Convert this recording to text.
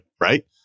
right